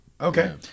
okay